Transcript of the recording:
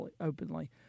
openly